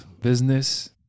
business